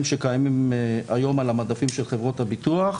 שקיימים היום על המדפים של חברות הביטוח,